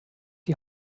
die